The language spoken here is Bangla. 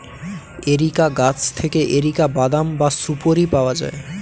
এরিকা গাছ থেকে এরিকা বাদাম বা সুপোরি পাওয়া যায়